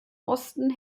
osten